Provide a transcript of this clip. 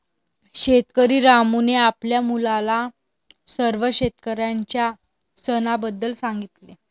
शेतकरी रामूने आपल्या मुलाला सर्व शेतकऱ्यांच्या सणाबद्दल सांगितले